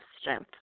strength